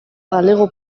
galego